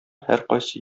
һәркайсы